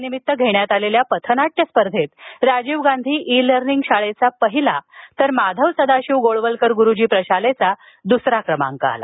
यानिमित्त घेण्यात आलेल्या पथनाट्य स्पर्धेत राजीव गांधी इ लर्निंग या शाळेचा प्रथम तर माधव सदाशिव गोळवलकर ग्रुजी प्रशालेचा द्वितीय क्रमांक आला